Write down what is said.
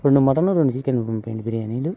రెండు మటన్ రెండు చికెన్ పంపింయండి బిర్యానీలు